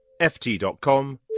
FT.com